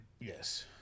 yes